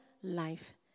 life